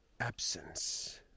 absence